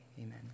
Amen